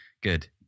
good